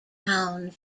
town